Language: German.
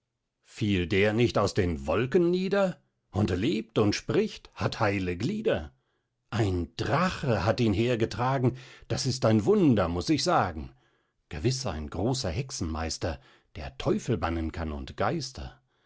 fiel der nicht aus den wolken nieder und lebt und spricht hat heile glieder ein drache hat ihn hergetragen das ist ein wunder muß ich sagen gewiss ein großer hexenmeister der teufel bannen kann und geister